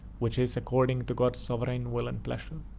which is according to god's sovereign will and pleasure.